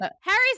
Harry's